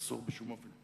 אסור בשום אופן.